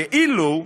כאילו,